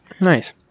nice